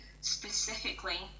specifically